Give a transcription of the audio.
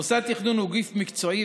מוסד תכנון הוא גוף מקצועי,